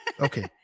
okay